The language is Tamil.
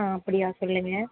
ஆ அப்படியா சொல்லுங்கள்